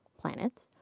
planets